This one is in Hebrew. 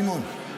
סימון,